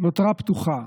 נותרה פתוחה: